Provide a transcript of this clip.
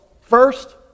First